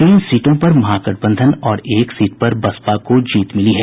तीन सीटों पर महागठबंधन और एक सीट पर बसपा को जीत मिली है